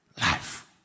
life